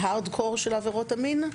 ההארד-קור של עבירות המין,